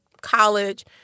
college